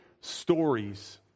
stories